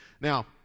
Now